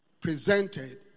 presented